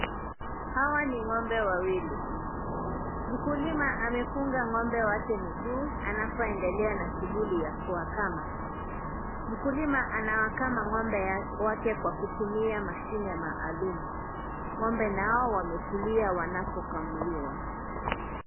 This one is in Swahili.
Hawa ni ng'ombe wawili. Mkulima amefunga ng'ombe wake miguu, anapoendelea na shughuli ya kuwakama. Mkulima anawakama ng'ombe wake kwa kutumia mashine maalum. Ng'ombe nao wametulia wanapokamuliwa.